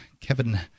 Kevin